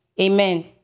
Amen